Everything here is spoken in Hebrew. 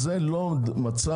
זה לא המצב.